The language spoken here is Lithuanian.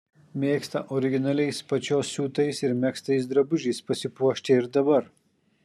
mėgsta originaliais pačios siūtais ir megztais drabužiais pasipuošti ir dabar